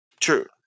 True